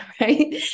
right